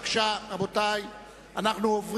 סמכות בית-הדין לעבודה להאריך מועדים